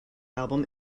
album